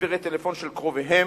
מספרי טלפון של קרוביהם,